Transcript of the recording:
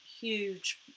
huge